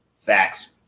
facts